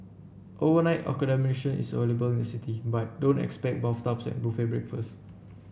overnight accommodation is available in the city but don't expect bathtubs and buffet breakfasts